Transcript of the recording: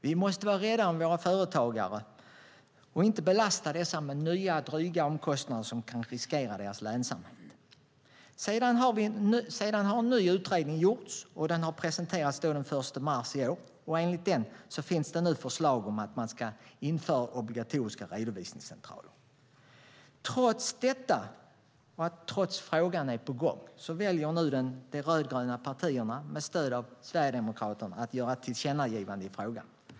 Vi måste vara rädda om våra företagare och inte belasta dessa med nya dryga omkostnader som kan riskera deras lönsamhet. Sedan har det gjorts en ny utredning, som presenterades den 1 mars i år, med förslag om att man ska införa obligatoriska redovisningscentraler. Trots att frågan nu är på gång väljer de rödgröna partierna att med stöd av Sverigedemokraterna göra ett tillkännagivande i frågan.